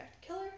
killer